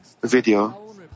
video